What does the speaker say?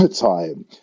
time